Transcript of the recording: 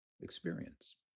experience